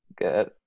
Good